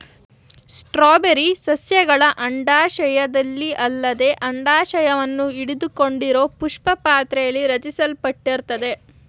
strawberry ಸಸ್ಯಗಳ ಅಂಡಾಶಯದಲ್ಲದೆ ಅಂಡಾಶವನ್ನು ಹಿಡಿದುಕೊಂಡಿರೋಪುಷ್ಪಪಾತ್ರೆಲಿ ರಚಿಸಲ್ಪಟ್ಟಿರ್ತದೆ